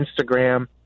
Instagram